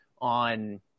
on